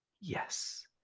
yes